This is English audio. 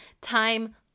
time